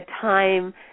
time